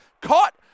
caught